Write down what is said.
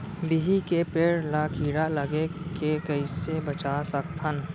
बिही के पेड़ ला कीड़ा लगे ले कइसे बचा सकथन?